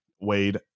Wade